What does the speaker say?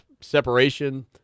separation